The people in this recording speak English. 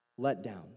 letdown